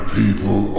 people